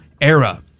era